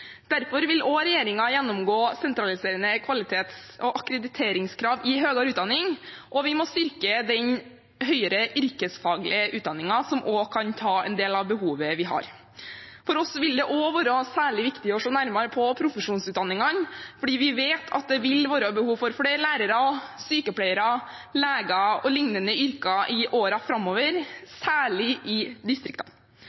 Derfor vil også regjeringen gjennomgå sentraliserende kvalitets- og akkrediteringskrav i høyere utdanning, og vi må styrke den høyere yrkesfaglige utdanningen, som også kan ta en del av behovet vi har. For oss vil det også være særlig viktig å se nærmere på profesjonsutdanningene, fordi vi vet at det vil være behov for flere lærere, sykepleiere, leger og lignende yrker i årene framover,